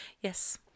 yes